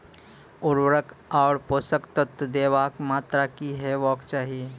उर्वरक आर पोसक तत्व देवाक मात्राकी हेवाक चाही?